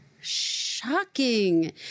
Shocking